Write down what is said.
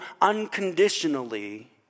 unconditionally